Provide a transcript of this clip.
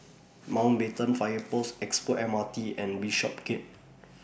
Mountbatten Fire Post Expo M R T and Bishopsgate